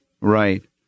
Right